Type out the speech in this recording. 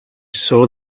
saw